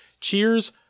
Cheers